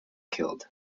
killed